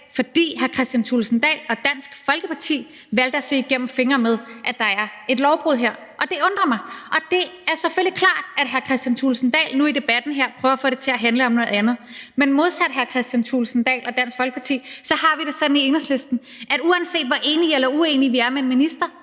fordi hr. Kristian Thulesen Dahl og Dansk Folkeparti valgte at se igennem fingre med, at der er et lovbrud her – og det undrer mig. Det er selvfølgelig klart, at hr. Kristian Thulesen Dahl nu i debatten her prøver at få det til at handle om noget andet, men modsat hr. Kristian Thulesen Dahl og Dansk Folkeparti har vi det sådan i Enhedslisten, at uanset hvor enige eller uenige vi er med en minister,